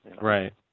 Right